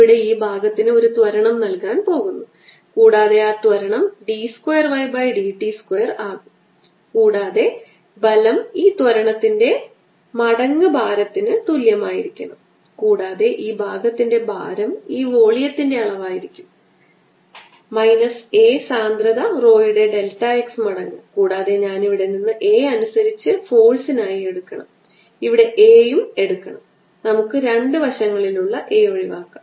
അതിനാൽ ആദ്യ ഓർഡറിലേക്ക് flux 4 pi C lambda e raise to minus lambda R D R ന് തുല്യമാകുകയും ആർ റദ്ദാക്കുകയും ചെയ്യും ഇത് ഈ ആരം r ന്റെ ഷെല്ലിലൂടെയുള്ള ഒരു ഫ്ലക്സ് ആണ് ഒപ്പം കനം dr അതാണ് ഉത്തരം